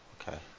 okay